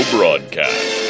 Broadcast